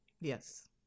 Yes